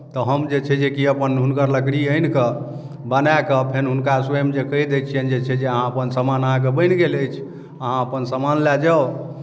तऽ हम जे छै जे कि अपन हुनकर लकड़ी आनि कऽ बनाए कऽ फेर हुनका स्वयं जे कहि दे छियनि जे छै जे अहाँ अपन सामान अहाँके बनि गेल अछि अहाँ अपन सामान लए जाउ